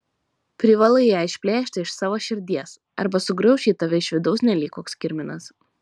privalai ją išplėšti iš savo širdies arba sugrauš ji tave iš vidaus nelyg koks kirminas